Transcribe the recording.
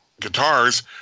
Guitars